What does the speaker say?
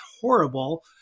horrible